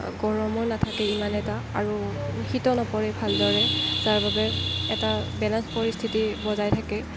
গৰমো নাথাকে ইমান এটা আৰু শীতো নপৰে ভালদৰে যাৰ বাবে এটা বেলেন্স পৰিস্থিতি বজাই থাকে